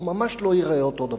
הוא ממש לא ייראה אותו הדבר.